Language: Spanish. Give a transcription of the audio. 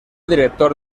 director